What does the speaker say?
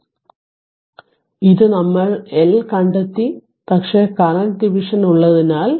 അതിനാൽ ഇത് നമ്മൾ L L കണ്ടെത്തി പക്ഷേ കറന്റ് ഡിവിഷൻ ഉള്ളതിനാൽ